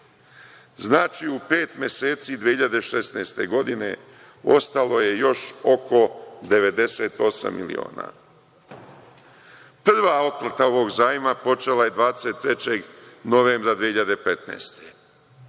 Znači, u pet meseci 2016. godine, ostalo je još oko 98 miliona. Prva otplata ovog zajma počela je 23. novembra 2015.